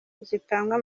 zitangwa